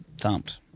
thumped